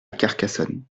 carcassonne